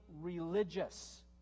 religious